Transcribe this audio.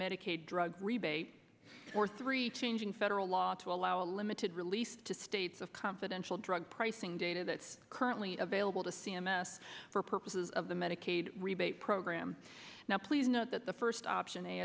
medicaid drug rebate or three changing federal law to allow a limited release to states of confidential drug pricing data that's currently available to c m s for purposes of the medicaid rebate program now please note that the first option